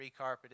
recarpeted